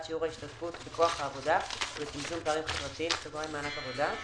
שיעור ההשתתפות בכוח העבודה ולצמצום פערים חברתיים (מענק עבודה),